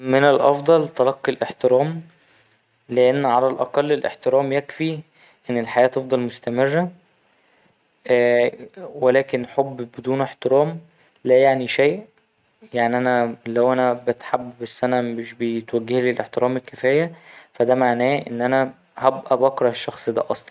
من الأفضل تلقي الإحترام لأن على الأقل الإحترام يكفي إن الحياة تفضل مستمره ولكن حب بدون إحترام لا يعني شيء يعني أنا لو أنا بتحب بس أنا مش بيتوجهلي الإحترام الكفاية فا ده معناه إن أنا هبقى بكره الشخص ده أصلا.